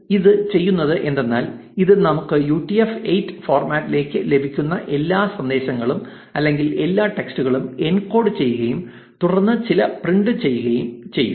അതിനാൽ ഇത് ചെയ്യുന്നത് എന്തെന്നാൽ ഇത് നമുക്ക് യുടിഎഫ് 8 ഫോർമാറ്റിലേക്ക് ലഭിക്കുന്ന എല്ലാ സന്ദേശങ്ങളും അല്ലെങ്കിൽ എല്ലാ ടെക്സ്റ്റുകളും എൻകോഡ് ചെയ്യുകയും തുടർന്ന് അത് പ്രിന്റ് ചെയ്യുകയും ചെയ്യും